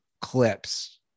clips